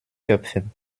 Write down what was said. köpfen